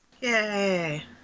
Yay